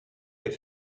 des